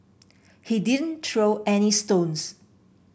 he didn't throw any stones